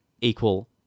equal